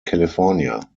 california